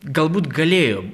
galbūt galėjo